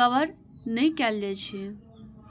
cover नै कैल जाइ छै